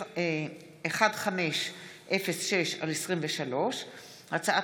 (תיקון, וידוא הריגה),